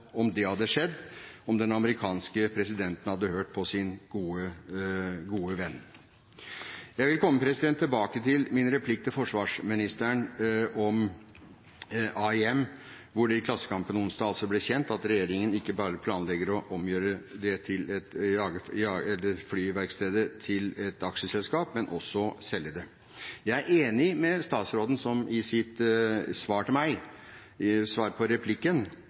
om det hadde skjedd, og om den amerikanske presidenten hadde hørt på sin gode venn. Jeg vil komme tilbake til min replikk til forsvarsministeren om AIM, hvor det i Klassekampen onsdag altså ble kjent at regjeringen ikke bare planlegger å omgjøre flyverkstedet til et aksjeselskap, men også å selge det. Jeg er enig med statsråden, som i sitt replikksvar til meg